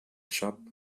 job